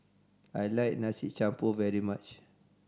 I like Nasi Campur very much